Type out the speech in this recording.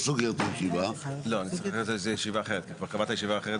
מבחינת הנושא של הקשיש,